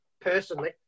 personally